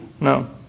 No